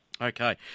Okay